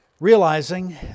realizing